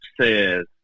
says